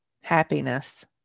happiness